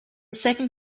second